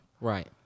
Right